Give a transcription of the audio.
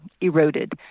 eroded